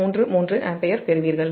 33 ampere பெறுவீர்கள்